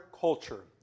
culture